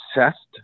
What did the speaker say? obsessed